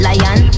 Lion